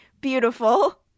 Beautiful